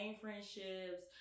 friendships